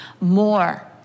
more